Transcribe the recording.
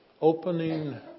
opening